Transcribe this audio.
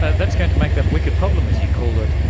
that's going to make that wicked problem, as you call it,